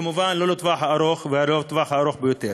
וכמובן לא לטווח הארוך ולא הטווח הארוך ביותר.